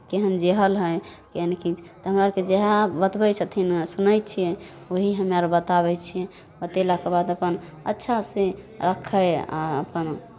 केहन जहल हइ केहन की तऽ हमरा आरके जएह बतबै छथिन सुनैत छियै वही हमे आर बताबै छियै बतेलाके बाद अपन अच्छासँ रखै हइ आ अपन